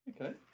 Okay